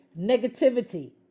negativity